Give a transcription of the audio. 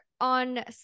on